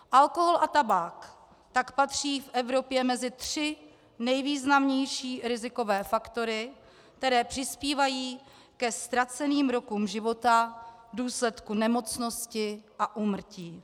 Alkohol a tabák tak patří v Evropě mezi tři nejvýznamnější rizikové faktory, které přispívají ke ztraceným rokům života v důsledku nemocnosti a úmrtí.